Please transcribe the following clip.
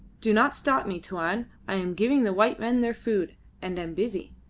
do not stop me, tuan. i am giving the white men their food and am busy.